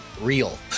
real